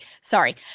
sorry